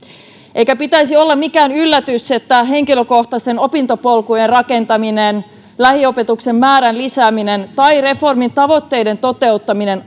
eikä pitäisi olla mikään yllätys että henkilökohtaisten opintopolkujen rakentaminen lähiopetuksen määrän lisääminen tai reformin tavoitteiden toteuttaminen